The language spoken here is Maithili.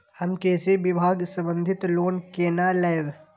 हम कृषि विभाग संबंधी लोन केना लैब?